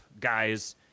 guys